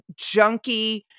junky